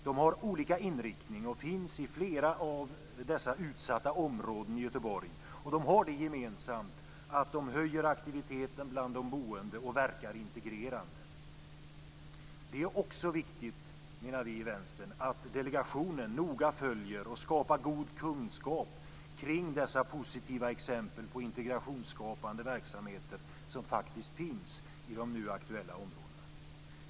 De har olika inriktning och finns i flera av de utsatta områdena i Göteborg, och de har det gemensamt att de höjer aktiviteten bland de boende och verkar integrerande. Vi i Vänstern menar också att det är viktigt att delegationen noga följer och skapar god kunskap kring dessa positiva exempel på integrationsskapande verksamheter som faktiskt finns i de nu aktuella områdena.